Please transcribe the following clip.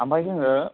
आमफाय जोङो